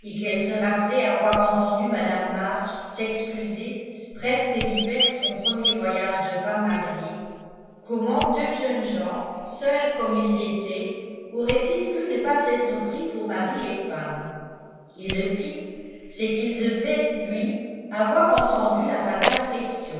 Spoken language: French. qu'elle se rappelait avoir entendu mme march s'excuser presque d'y faire son premier voyage de femme mariée comment deux jeunes gens seuls comme ils étaient auraient-ils pu ne pas être pris pour mari et femme et le pis c'est qu'il devait lui avoir entendu la fatale